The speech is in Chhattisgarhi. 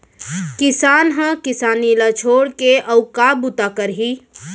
किसान ह किसानी ल छोड़ के अउ का बूता करही